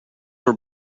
were